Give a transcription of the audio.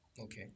okay